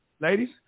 ladies